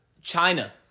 China